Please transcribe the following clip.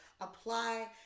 Apply